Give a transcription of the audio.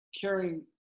carrying